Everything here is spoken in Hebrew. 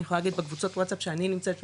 אני יכולה להגיד בקבוצות ווטסטאפ שאני נמצאת בהם,